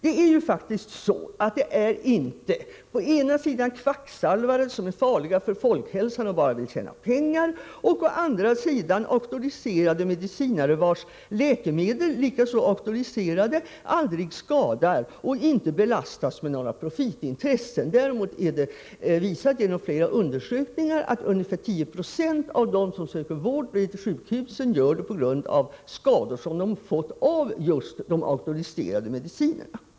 Det är faktiskt inte så, att det på ena sidan står kvacksalvare, som är farliga för folkhälsan och bara vill tjäna pengar, och på den andra auktoriserade medicinare, vilkas läkemedel — likaså auktoriserade — aldrig skadar och inte belastas med några profitintressen. Däremot visar flera undersökningar att ungefär 10 96 av dem som söker vård på sjukhus gör det på grund av skador som de fått av just auktoriserade mediciner.